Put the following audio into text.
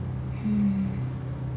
mm